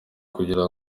kugira